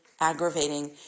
aggravating